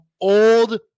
old